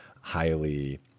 highly